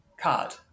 card